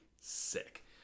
sick